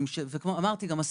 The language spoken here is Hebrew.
כרגע.